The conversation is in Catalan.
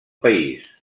país